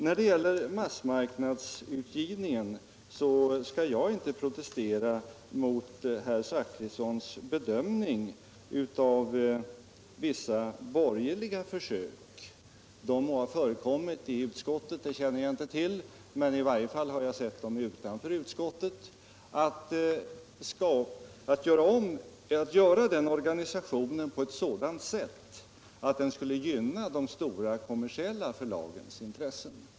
När det gäller massmarknadsutgivningen skall jag inte protestera mot herr Zachrissons bedömning av vissa borgerliga försök — jag känner inte till om de har förekommit i utskottet, men i varje fall har jag sett dem utanför utskottet — att göra organisationen sådan att den skulle gynna de stora kommersiella förlagens intressen.